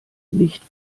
nicht